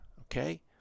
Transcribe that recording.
okay